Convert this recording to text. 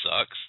sucks